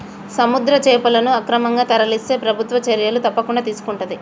సముద్ర చేపలను అక్రమంగా తరలిస్తే ప్రభుత్వం చర్యలు తప్పకుండా తీసుకొంటది